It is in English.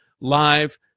live